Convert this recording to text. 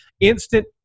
instant